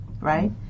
Right